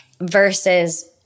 versus